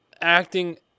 acting